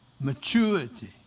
maturity